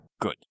Good